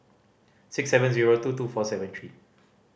six seven zero two two four seven three